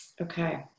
Okay